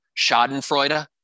Schadenfreude